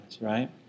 right